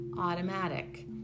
automatic